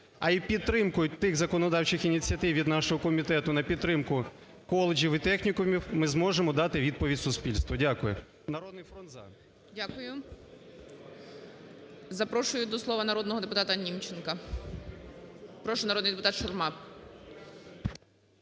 а й підтримкою тих законодавчих ініціатив від нашого комітету на підтримку коледжів і технікумів ми зможемо дати відповідь суспільству. Дякую.